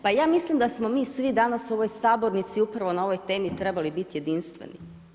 Pa ja mislim da smo mi svi danas u ovoj sabornici upravo na ovoj temi trebali biti jedinstveni.